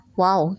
wow